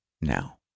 now